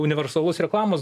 universalus reklamos